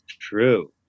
true